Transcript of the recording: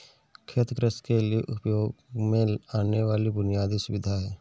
खेत कृषि के लिए उपयोग में आने वाली बुनयादी सुविधा है